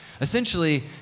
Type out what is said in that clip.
Essentially